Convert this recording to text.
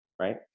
right